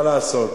מה לעשות,